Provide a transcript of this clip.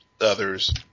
others